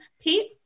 Pete